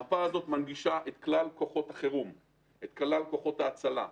המפה הזאת מנגישה את כלל כוחות החירום ואת כלל כוחות ההצלה.